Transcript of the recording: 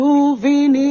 Moving